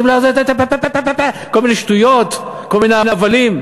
כל מיני שטויות, כל מיני הבלים?